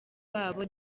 wabo